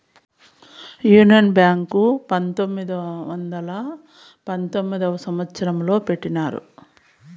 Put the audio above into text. union Bank ను పంతొమ్మిది వందల పంతొమ్మిదవ సంవచ్చరంలో పెట్టినారు